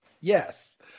Yes